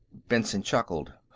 benson chuckled.